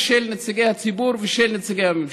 של נציגי הציבור ושל נציגי הממשלה.